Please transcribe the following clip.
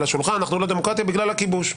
השולחן: אנחנו לא דמוקרטיה בגלל הכיבוש.